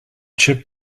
chip